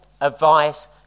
advice